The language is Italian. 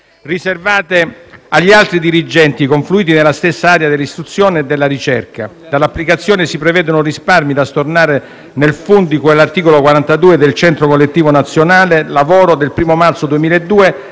riservate agli altri dirigenti confluiti nella stessa area dell'istruzione e della ricerca. Dall'applicazione si prevedono risparmi da stornare nel Fondo di cui all'articolo 42 del contratto collettivo nazionale di lavoro del 1° marzo 2002,